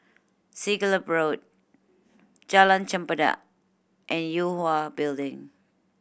Siglap Road Jalan Chempedak and Yue Hwa Building